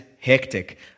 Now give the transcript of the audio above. hectic